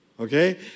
okay